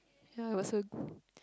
ya it was a